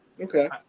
okay